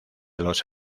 los